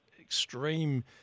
extreme